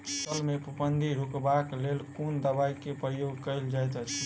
फसल मे फफूंदी रुकबाक लेल कुन दवाई केँ प्रयोग कैल जाइत अछि?